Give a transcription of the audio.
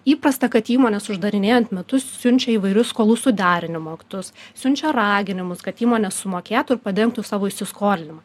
įprasta kad įmonės uždarinėjant metus siunčia įvairius skolų suderinimo aktus siunčia raginimus kad įmonė sumokėtų ir padengtų savo įsiskolinimą